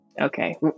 okay